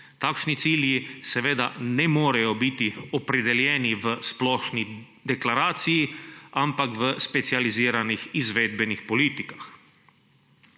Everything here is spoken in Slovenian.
Takšni cilji seveda ne morejo biti opredeljeni v splošni deklaraciji, ampak v specializiranih izvedbenih politikah.